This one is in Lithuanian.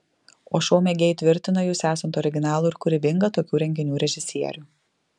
o šou mėgėjai tvirtina jus esant originalų ir kūrybingą tokių renginių režisierių